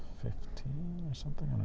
fifteen or something,